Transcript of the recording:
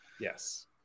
Yes